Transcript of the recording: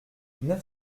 neuf